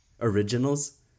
originals